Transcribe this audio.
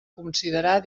considerar